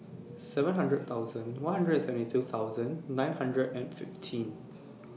seven hundred thousand one hundred and seventy two thousand nine hundred and fifteen